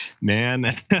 man